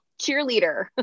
cheerleader